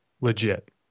legit